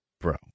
bro